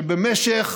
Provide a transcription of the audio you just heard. שבמשך